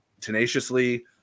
tenaciously